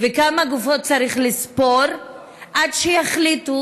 וכמה גופות צריך לספור עד שיחליטו